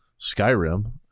Skyrim